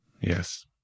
Yes